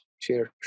Cheers